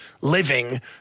living